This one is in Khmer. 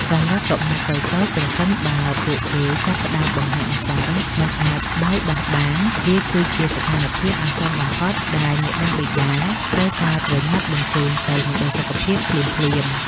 សម្រាប់កុមារតូចៗ ប្រសិនបើពួកគេចាប់ផ្តើមបង្ហាញអាការៈមិនអាចបៅដោះបាន វាគឺជាស្ថានភាពអាសន្នបំផុតដែលមាតាបិតាត្រូវតែប្រញាប់បញ្ជូនទៅមណ្ឌលសុខភាពភ្លាមៗ។